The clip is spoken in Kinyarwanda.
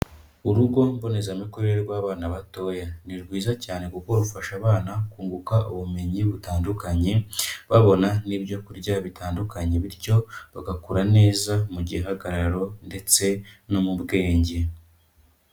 Urugo mbonezamikurire rw'abana batoya. Ni rwiza cyane kuko rufasha abana kunguka ubumenyi butandukanye, babona n'ibyo kurya bitandukanye, bityo bagakura neza mu gihagararo ndetse no mu bwenge.